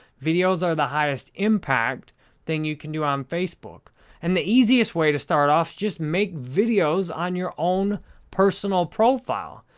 videos are the highest impact thing you can do on facebook and the easiest way to start off, just make videos on your own personal profile.